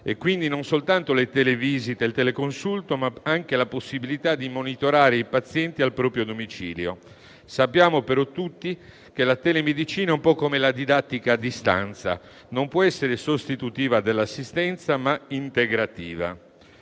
e quindi non soltanto le televisite e il teleconsulto, ma anche la possibilità di monitorare i pazienti al proprio domicilio. Sappiamo però tutti che la telemedicina è un po' come la didattica a distanza: non può essere sostitutiva dell'assistenza, ma integrativa.